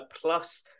Plus